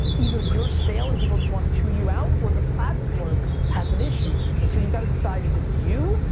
either you're stale and people wanna tune you out, or the platform has an issue, and so you've gotta decide is it you,